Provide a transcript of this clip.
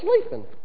sleeping